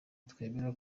twemera